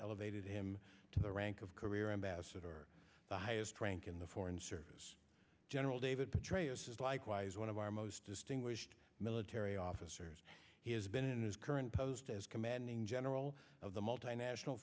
elevated him to the rank of career ambassador the highest rank in the foreign service general david petraeus likewise one of our most distinguished military officers he has been in his current post as commanding general of the multinational